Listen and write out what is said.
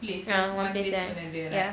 ya one place ya